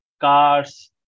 cars